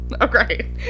Okay